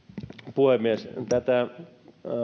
puhemies tätä